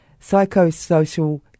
Psychosocial